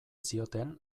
zioten